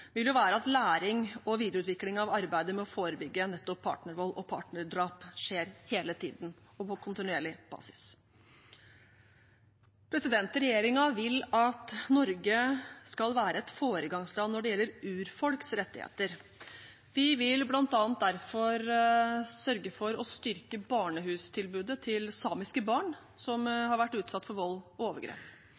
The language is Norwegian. vil være at læring og videreutvikling av arbeidet med å forebygge nettopp partnervold og partnerdrap skjer hele tiden og på kontinuerlig basis. Regjeringen vil at Norge skal være et foregangsland når det gjelder urfolks rettigheter. Vi vil bl.a. derfor sørge for å styrke barnehustilbudet til samiske barn som har vært utsatt for vold og overgrep.